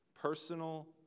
personal